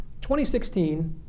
2016